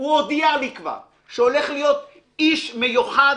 הוא הודיע לי כבר שהולך להיות איש מיוחד